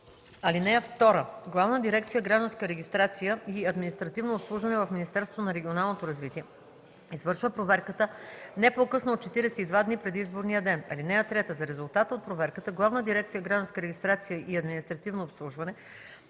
(2) Главна дирекция „Гражданска регистрация и административно обслужване” в Министерството на регионалното развитие извършва проверката не по-късно от 42 дни преди изборния ден. (3) За резултата от проверката Главна дирекция „Гражданска регистрация и административно обслужване”